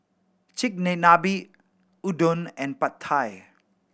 Chigenabe Udon and Pad Thai